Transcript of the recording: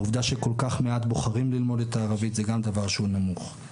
העובדה שכל כך מעט בוחרים ללמוד את הערבית זה גם דבר שהוא נמוך.